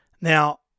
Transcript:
Now